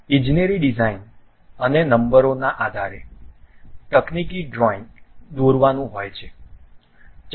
ઇજનેરી ડિઝાઇન અને નંબરોના આધારે તકનીકી ચિત્ર દોરવાનું હોય છે